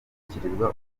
gushyikirizwa